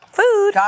food